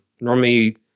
normally